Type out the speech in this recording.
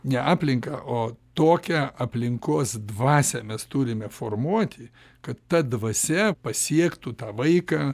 ne aplinką o tokią aplinkos dvasią mes turime formuoti kad ta dvasia pasiektų tą vaiką